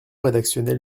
rédactionnel